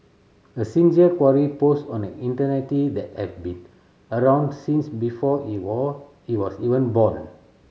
a sincere query posed on an that have been around since before he were he was even born